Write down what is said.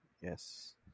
Yes